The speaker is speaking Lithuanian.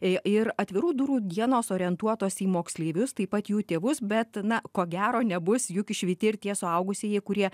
ir atvirų durų dienos orientuotos į moksleivius taip pat jų tėvus bet na ko gero nebus juk išvyti ir tie suaugusieji kurie